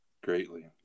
greatly